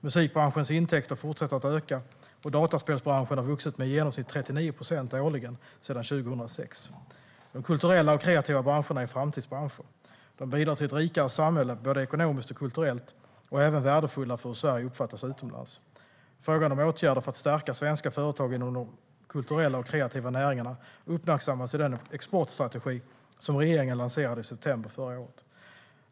Musikbranschens intäkter fortsätter att öka, och dataspelsbranschen har vuxit med i genomsnitt 39 procent årligen sedan 2006. De kulturella och kreativa branscherna är framtidsbranscher. De bidrar till ett rikare samhälle, både ekonomiskt och kulturellt, och är även värdefulla för hur Sverige uppfattas utomlands. Frågan om åtgärder för att stärka svenska företag inom de kulturella och kreativa näringarna uppmärksammas i den exportstrategi som regeringen lanserade i september förra året.